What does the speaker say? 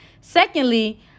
Secondly